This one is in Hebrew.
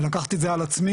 לקחתי את זה על עצמי,